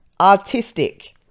artistic